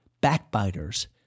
backbiters